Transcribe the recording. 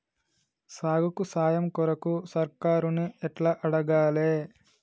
సాగుకు సాయం కొరకు సర్కారుని ఎట్ల అడగాలే?